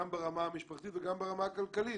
גם ברמה המשפחתית וגם ברמה הכלכלית